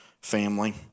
family